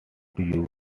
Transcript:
you